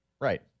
Right